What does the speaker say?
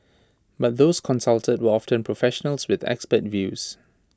but those consulted were often professionals with expert views